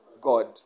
God